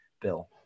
Bill